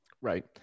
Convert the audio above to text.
Right